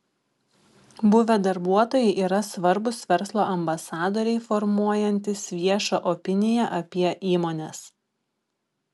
buvę darbuotojai yra svarbūs verslo ambasadoriai formuojantys viešą opiniją apie įmones